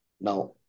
Now